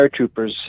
paratroopers